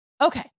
Okay